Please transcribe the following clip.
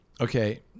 okay